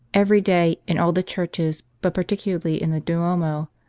every day, in all the churches, but particularly in the duomo,